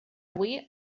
avui